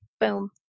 Boom